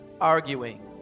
arguing